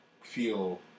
feel